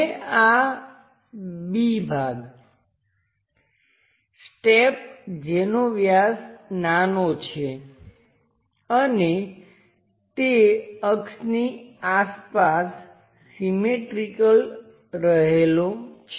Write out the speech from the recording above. હવે આ B ભાગ સ્ટેપ જેનો વ્યાસ નાનો છે અને તે અક્ષની આસપાસ સિમેટ્રિકલ રહેલો છે